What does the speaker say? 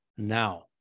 now